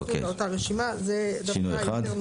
אוקיי, שינוי אחד.